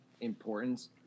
importance